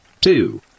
Two